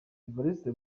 evariste